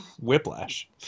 Whiplash